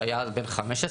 שהיה אז בן 15,